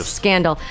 scandal